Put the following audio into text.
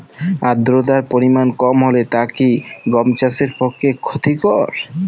আর্দতার পরিমাণ কম হলে তা কি গম চাষের পক্ষে ক্ষতিকর?